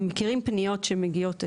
אנחנו מכירים פניות שמגיעות אלינו.